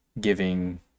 giving